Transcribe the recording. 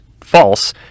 false